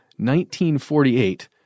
1948